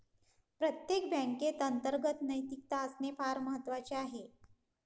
प्रत्येक बँकेत अंतर्गत नैतिकता असणे फार महत्वाचे आहे